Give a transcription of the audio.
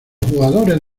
jugadores